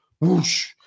whoosh